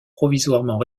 provisoirement